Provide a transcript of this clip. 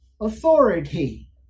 authority